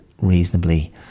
reasonably